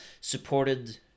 supported